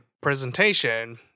presentation